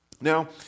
Now